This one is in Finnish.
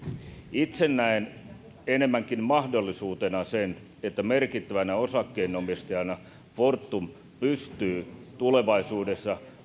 itse näen enemmänkin mahdollisuutena sen että merkittävänä osakkeenomistajana fortum pystyy tulevaisuudessa